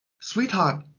Sweetheart